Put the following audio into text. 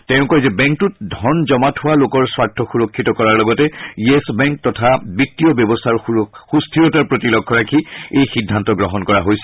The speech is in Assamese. তেওঁ কয় যে বেংকটোত ধন জমা থোৱা লোকৰ স্বাৰ্থ সূৰক্ষিত কৰাৰ লগতে য়েছবেংক তথা বিত্তীয় ব্যৱস্থাৰ সুস্থিৰতাৰ প্ৰতি লক্ষ্য ৰাখি এই সিদ্ধান্ত গ্ৰহণ কৰা হৈছে